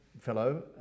fellow